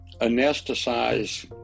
anesthetized